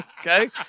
Okay